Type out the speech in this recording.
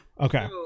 Okay